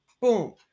boom